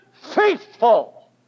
faithful